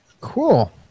cool